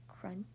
Crunch